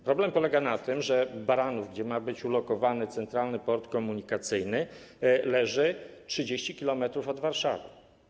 Problem polega na tym, że Baranów, gdzie ma być ulokowany Centralny Port Komunikacyjny, leży 30 km od Warszawy.